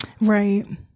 Right